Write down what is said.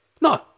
No